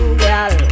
girl